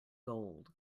gold